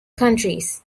countries